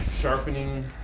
sharpening